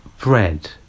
bread